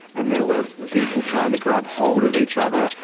and there were people trying to grab hold of each other,